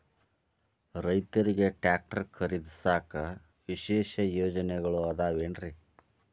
ರೈತರಿಗೆ ಟ್ರ್ಯಾಕ್ಟರ್ ಖರೇದಿಸಾಕ ವಿಶೇಷ ಯೋಜನೆಗಳು ಅದಾವೇನ್ರಿ?